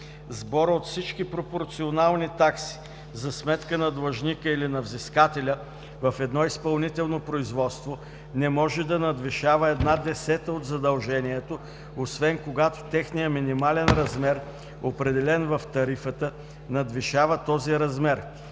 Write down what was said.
Сборът от всички пропорционални такси за сметка на длъжника или на взискателя в едно изпълнително производство не може да надвишава една десета от задължението, освен когато техният минимален размер, определен в тарифата, надвишава този размер.